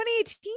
2018